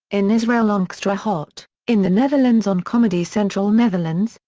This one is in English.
in israel on xtra hot, in the netherlands on comedy central netherlands,